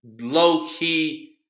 low-key